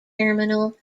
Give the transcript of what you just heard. terminal